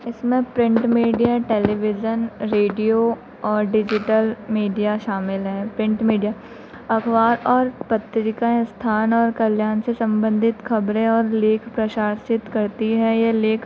इसमें print media television radio और digital media शामिल है प्रिन्ट मीडिया अखबार और पत्रिका स्थान और कल्याण से सम्बन्धित खबरें और लेख प्रकाशित करती है यह लेख